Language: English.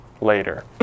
later